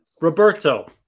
Roberto